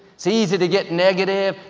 it's easy to get negative,